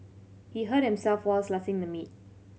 he hurt himself while slicing the meat